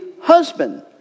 husband